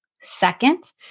Second